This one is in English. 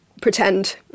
pretend